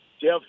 Jeff